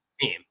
team